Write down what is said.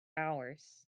hours